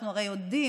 אנחנו הרי יודעים